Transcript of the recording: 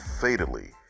fatally